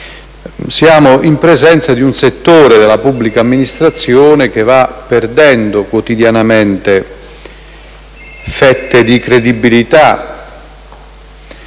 Siamo in presenza di un settore della pubblica amministrazione che va quotidianamente perdendo fette di credibilità.